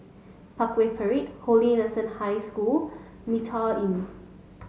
Parkway Parade Holy Innocents' High School Mitraa Inn